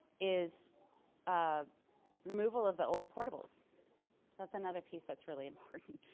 is a removal of the old portables. so that's another piece that's really important.